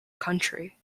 country